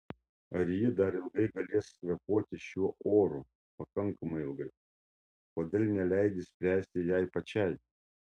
ar ji dar ilgai galės kvėpuoti šiuo oru pakankamai ilgai kodėl neleidi spręsti jai pačiai